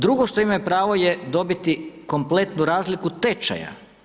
Drugo, što imaju pravo je dobiti kompletnu razliku tečaja.